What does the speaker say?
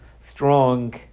strong